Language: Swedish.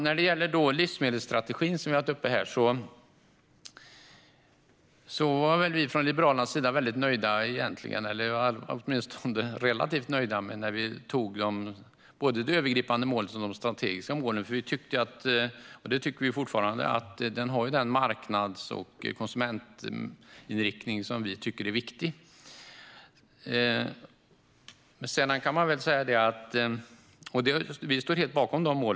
När det gäller livsmedelsstrategin, som varit uppe här, var vi i Liberalerna egentligen relativt nöjda när vi tog både övergripande mål och de strategiska målen, för vi tyckte, och det tycker vi fortfarande, att där finns den marknads och konsumentinriktning som vi tycker är viktig. Vi står alltså helt bakom dessa mål.